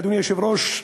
אדוני היושב-ראש,